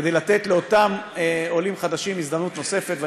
כדי לתת לאותם עולים חדשים הזדמנות נוספת.